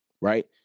right